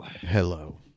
Hello